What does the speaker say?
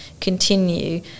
continue